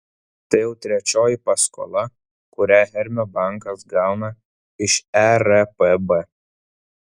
tai jau trečioji paskola kurią hermio bankas gauna iš erpb